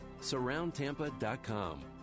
Surroundtampa.com